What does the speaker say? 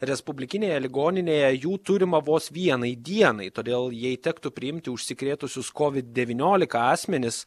respublikinėje ligoninėje jų turima vos vienai dienai todėl jai tektų priimti užsikrėtusius covid devyniolika asmenis